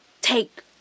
take